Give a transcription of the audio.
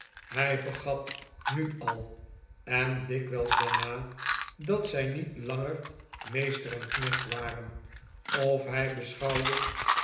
hij vergat nu al en dikwijls daarna dat zij niet langer meester en knecht waren of hij beschouwde